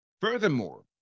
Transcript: Furthermore